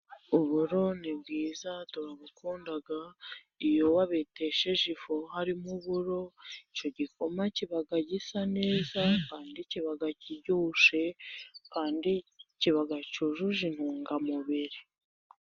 Uburo ni bwiza turabukunda, iyo wabetesheje ifu harimo uburo, icyo gikoma kiba gisa neza kandi kiba kiryoshe, kandi kiba cyujuje intungamubiri.